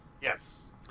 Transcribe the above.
Yes